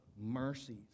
mercies